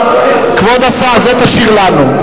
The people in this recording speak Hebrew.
את זה תשאיר לנו.